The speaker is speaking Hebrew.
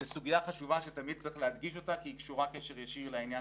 זו סוגיה חשובה שתמיד צריך להדגיש אותה כי היא קשורה קשר ישיר לעניין